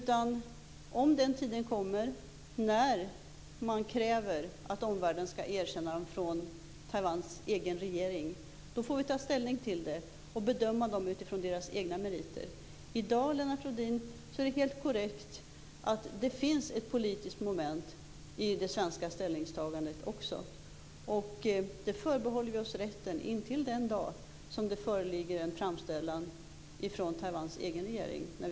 Men när den tiden kommer att man från Taiwans egen regeringen kräver att omvärlden skall erkänna den får vi ta ställning till det och bedöma det utifrån deras egna meriter. Det är helt korrekt, Lennart Rohdin, att det i dag finns ett politiskt moment i det svenska ställningstagandet. Det förbehåller vi oss rätten till in till den dag det föreligger en framställan från Taiwans egen regeringen.